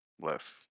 left